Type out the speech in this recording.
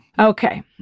Okay